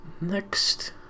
next